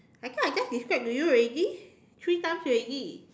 I thought I just describe to you already three times already